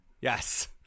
Yes